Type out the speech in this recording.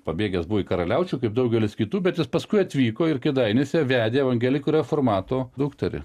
pabėgęs buvo į karaliaučių kaip daugelis kitų bet jis paskui atvyko ir kėdainiuose vedė evangelikų reformatų dukterį